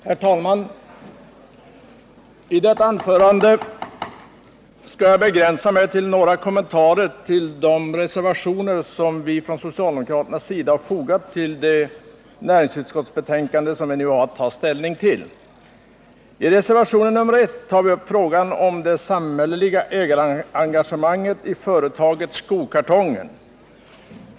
Herr talman! I detta anförande skall jag begränsa mig till några kommentarer till de reservationer som vi socialdemokrater fogat till det näringsutskottsbetänkande som vi nu har att ta ställning till. I reservationen nr 1 tar vi upp frågan om det samhälleliga ägarengagemanget i företaget Skokartongen.